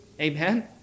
Amen